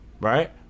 right